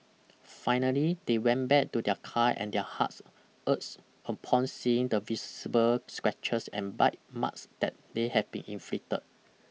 finally they went back to their car and their hearts ached upon seeing the visible scratches and bite marks that they had been inflicted